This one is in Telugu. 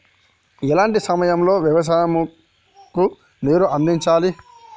ఎలాంటి సమయం లో వ్యవసాయము కు నీరు అందించాలి?